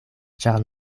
ĉar